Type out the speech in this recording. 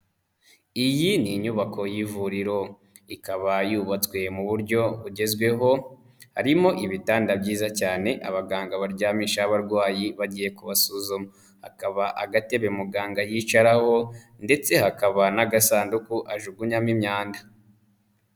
Iyi ni inyubako y'ivuriro ikaba yubatswe mu buryo bugezweho, harimo ibitanda byiza cyane abaganga baryamishaho abarwayi bagiye kubasuzuma, hakaba agatebe muganga yicaraho ndetse hakaba n'agasanduku ajugunyamo imyanda.